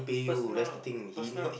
personal personal